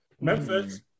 Memphis